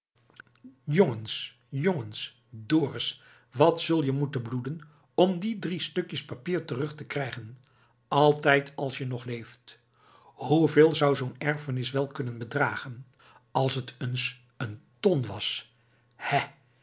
jongens jongens dorus wat zul je moeten bloeden om die drie stukjes papier terug te krijgen altijd als je nog leeft hoeveel zou zoo'n erfenis wel kunnen bedragen als het eens een ton was hè